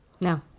no